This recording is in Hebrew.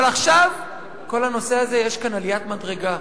אבל עכשיו, יש כאן עליית מדרגה.